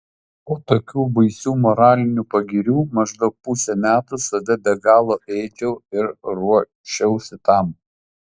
po tokių baisių moralinių pagirių maždaug pusę metų save be galo ėdžiau ir ruošiausi tam